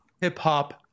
hip-hop